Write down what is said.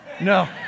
No